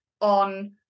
on